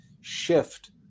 shift